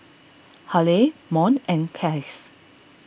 Haleigh Mont and Case